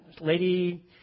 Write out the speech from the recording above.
lady